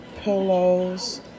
pillows